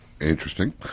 Interesting